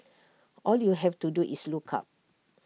all you have to do is look up